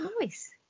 nice